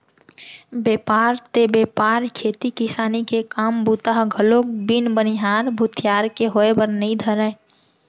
बेपार ते बेपार खेती किसानी के काम बूता ह घलोक बिन बनिहार भूथियार के होय बर नइ धरय